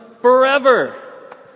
forever